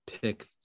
pick